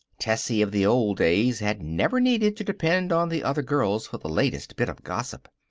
tessie of the old days had never needed to depend on the other girls for the latest bit of gossip.